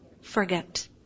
Forget